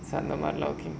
அந்த மாதிரி:andha maadhiri